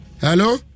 Hello